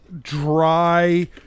dry